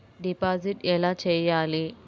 Deposit ఎలా చెయ్యాలి?